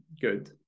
good